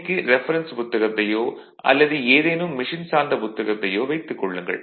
துணைக்கு ரெஃபரன்ஸ் புத்தகத்தையோ அல்லது ஏதேனும் மெஷின் சார்ந்த புத்தகத்தையோ வைத்துக் கொள்ளுங்கள்